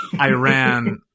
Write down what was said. Iran